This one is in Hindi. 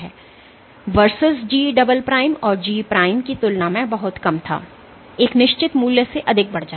वर्सस G जो G की तुलना में बहुत कम था एक निश्चित मूल्य से अधिक बढ़ जाता है